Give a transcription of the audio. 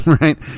Right